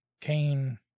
Cain